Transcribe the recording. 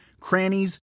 crannies